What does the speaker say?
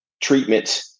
treatment